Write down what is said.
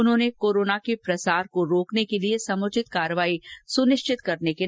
उन्होंने कोरोना के प्रसार को रोकने के लिए समुचित कार्रवाई सुनिश्चित करने के निर्देश दिए